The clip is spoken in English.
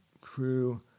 crew